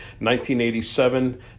1987